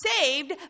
saved